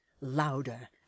Louder